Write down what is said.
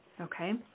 Okay